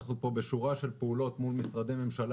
אנחנו נוקטים פה בשורה של פעולות מול משרדי ממשלה